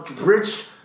rich